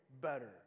better